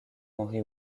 henry